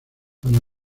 ana